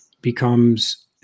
becomes